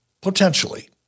potentially